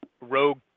rogue